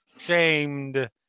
shamed